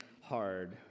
hard